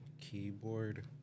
keyboard